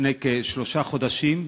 לפני כשלושה חודשים.